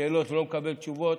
שאלות ולא מקבל תשובות,